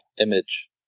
image